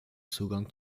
zugang